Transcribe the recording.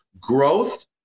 growth